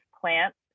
plants